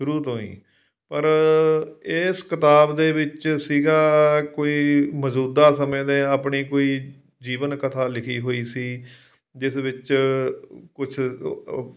ਸ਼ੁਰੂ ਤੋਂ ਹੀ ਪਰ ਇਸ ਕਿਤਾਬ ਦੇ ਵਿੱਚ ਸੀਗਾ ਕੋਈ ਮੌਜੂਦਾ ਸਮੇਂ ਦੇ ਆਪਣੀ ਕੋਈ ਜੀਵਨ ਕਥਾ ਲਿਖੀ ਹੋਈ ਸੀ ਜਿਸ ਵਿੱਚ ਕੁਝ